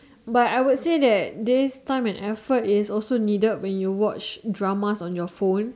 but I would say that this time and effort is also needed when you watch dramas on your phone